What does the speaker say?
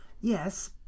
Yes